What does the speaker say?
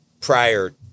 prior